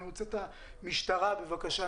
אני רוצה את המשטרה, בבקשה.